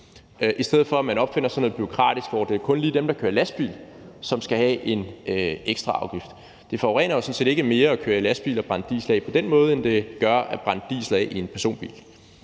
i stedet for at man opfinder sådan noget bureaukratisk noget, hvor det kun lige er dem, der kører lastbil, som skal have en ekstra afgift. Det forurener jo sådan set ikke mere at køre i lastbil og brænde diesel af på den måde, end det gør at brænde diesel af i en personbil.